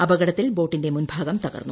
അപകടത്തിൽ ബോട്ടിന്റെ മുൻ ഭാഗം തകർന്നു